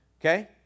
okay